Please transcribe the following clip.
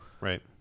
Right